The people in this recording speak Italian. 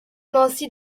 mossi